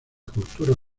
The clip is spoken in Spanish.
cultura